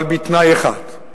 אבל בתנאי אחד,